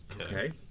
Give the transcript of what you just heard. Okay